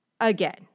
Again